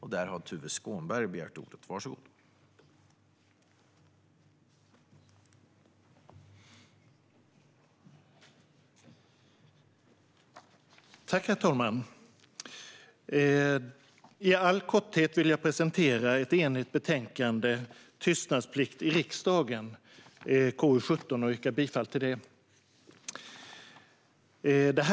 Herr talman! I all korthet vill jag presentera ett enigt betänkande, Tystnadsplikt i riksdagen , KU7, och yrka bifall till förslaget i det.